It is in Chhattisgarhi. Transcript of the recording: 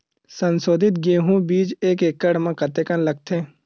संसोधित गेहूं बीज एक एकड़ म कतेकन लगथे?